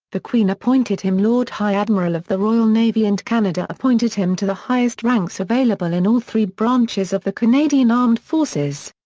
the queen appointed him lord high admiral of the royal navy and canada appointed him to the highest ranks available in all three branches of the canadian armed forces.